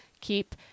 Keep